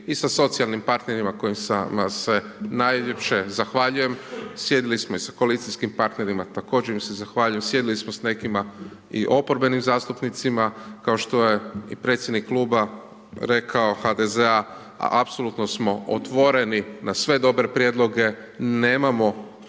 i sa socijalnim partnerima, kojima se najljepše zahvaljujem, sjedili smo i sa koalicijskim partnerima, također im se zahvaljujem, sjedili smo s nekima oporbenim zastupnicama, kao što je i predsjednik Kluba rekao, HDZ-a apsolutno smo otvoreni na sve dobre prijedloge, nemamo